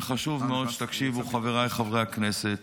וחשוב מאוד שתקשיבו, חבריי חברי הכנסת,